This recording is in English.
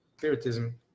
spiritism